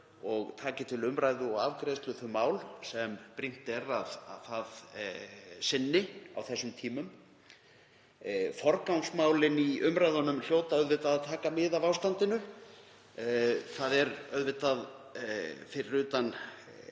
og taki til umræðu og afgreiðslu þau mál sem brýnt er að það sinni á þessum tímum. Forgangsmálin í umræðunum hljóta að taka mið af ástandinu. Fyrir utan